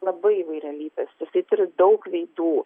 labai įvairialypis jisai turi daug veidų